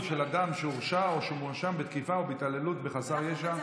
של אדם שהורשע או שהוא מואשם בתקיפה או בהתעללות בחסר ישע,